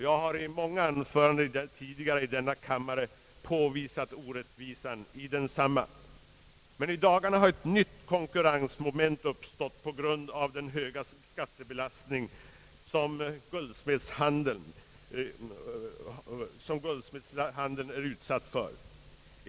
Jag har i många anföranden tidigare i denna kammare påvisat orättvisan av densamma, men i dagarna har ett nytt konkurrensmoment uppstått på grund av den höga skattebelastning som guldsmedsbranschen är utsatt för.